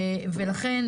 לכן,